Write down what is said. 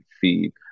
feed